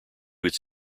its